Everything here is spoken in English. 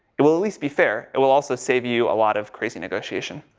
it will at least be fair. it will also save you a lot of crazy negotiation.